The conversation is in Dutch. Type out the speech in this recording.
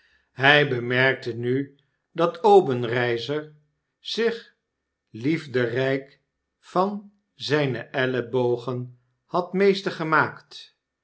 hij bemerkte nu dat obenreizer zich liefderp van zgno ellebogen had meester gemaakt